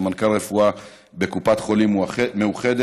סמנכ"ל רפואה בקופת חולים מאוחדת,